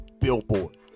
billboard